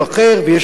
ויש נסיבות,